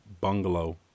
bungalow